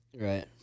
Right